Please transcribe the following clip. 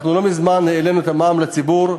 לא מזמן העלינו את המע"מ לציבור,